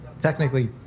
Technically